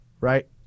Right